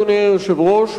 אדוני היושב-ראש,